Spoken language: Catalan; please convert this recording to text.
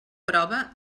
prova